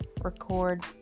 record